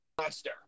Monster